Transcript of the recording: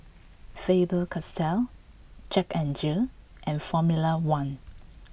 Faber Castell Jack N Jill and Formula One